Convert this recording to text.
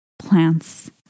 plants